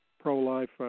pro-life